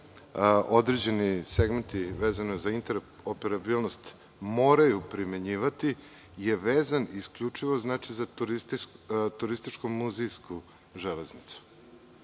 određeni segmenti za interoperabilnost moraju primenjivati je vezan isključivo za turističko-muzejsku železnicu.